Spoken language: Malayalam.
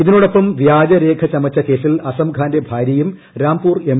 ഇതിനൊപ്പം വ്യാജരേഖ ചമച്ച കേസിൽ അസംഖാന്റെ ഭാര്യയും രാംപൂർ എം